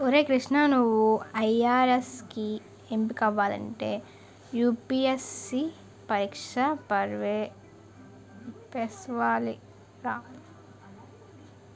ఒరే కృష్ణా నువ్వు ఐ.ఆర్.ఎస్ కి ఎంపికవ్వాలంటే యూ.పి.ఎస్.సి పరీక్ష పేసవ్వాలిరా